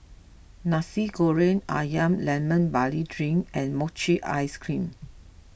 Nasi Goreng Ayam Lemon Barley Drink and Mochi Ice Cream